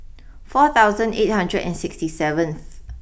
four thousand eight hundred and sixty seventh